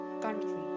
country